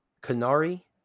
canary